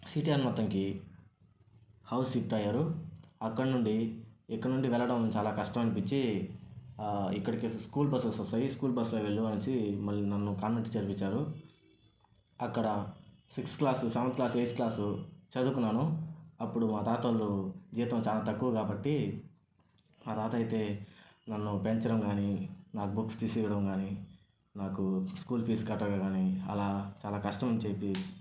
city మొత్తానికి house shift అయ్యారు అక్కడ నుంచి ఇకనుండి వెళ్లడం చాలా కష్టం అనిపించి ఇక్కడ స్కూల్ బస్సు వస్తుంది స్కూల్ బస్ వెళ్లాల్సి వస్తానని చెప్పి నన్ను కాన్వెంట్ చేర్పించారు అక్కడ sixth class seventh class eighth class చదువుకున్నాను అప్పుడు మా తాతొల్లు జీతం చాలా తక్కువ కాబట్టి మా తాత అయితే నన్ను పెంచడం కాని నాకు బుక్స్ తీసి ఇవ్వడం కానీ నాకు స్కూల్ ఫీజు కట్టడం కానీ అలా చాలా కష్టం చెప్పి